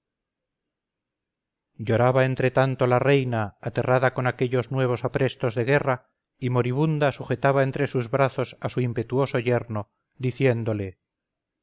lloraba entre tanto la reina aterrada con aquellos nuevos aprestos de guerra y moribunda sujetaba entre sus brazos a su impetuoso yerno diciéndole